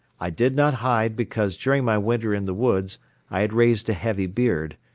i did not hide because during my winter in the woods i had raised a heavy beard,